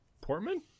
portman